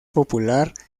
popular